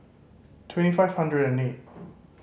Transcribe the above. twenty five hundred and eight